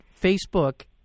Facebook